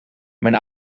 mijn